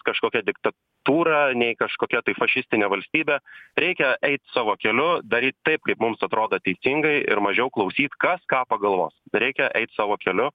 kažkokia diktatūra nei kažkokia tai fašistine valstybe reikia eit savo keliu daryt taip kaip mums atrodo teisingai ir mažiau klausyt kas ką pagalvos reikia eit savo keliu